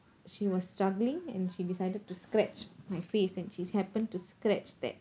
she was struggling and she decided to scratch my face and she's happened to scratch that